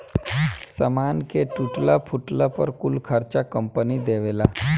सामान के टूटला फूटला पर कुल खर्चा कंपनी देवेला